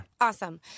Awesome